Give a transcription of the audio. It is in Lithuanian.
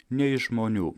nei iš žmonių